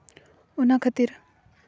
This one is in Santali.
ᱚᱱᱟ ᱠᱷᱟᱹᱛᱤᱨ